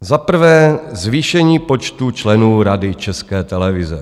Za prvé zvýšení počtu členů Rady České televize.